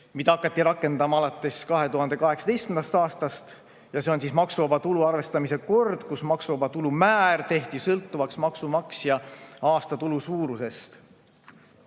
mida hakati rakendama alates 2018. aastast – maksuvaba tulu arvestamise kord, kus maksuvaba tulu määr tehti sõltuvaks maksumaksja aastatulu suurusest.